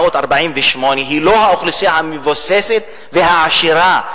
היא לא האוכלוסייה המבוססת והעשירה,